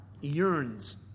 yearns